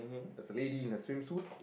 there's a lady in a swimsuit